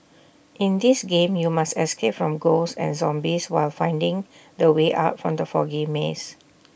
in this game you must escape from ghosts and zombies while finding the way out from the foggy maze